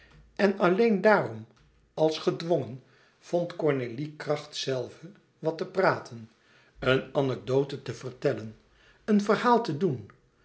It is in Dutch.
en alleen daarom als gedwongen vond cornélie kracht zelve wat te praten een anecdote te vertellen een verhaal te doen